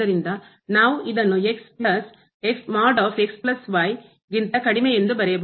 ಆದ್ದರಿಂದ ನಾವು ಇದನ್ನು ಪ್ಲಸ್ ಗಿಂತ ಕಡಿಮೆ ಎಂದು ಬರೆಯಬಹುದು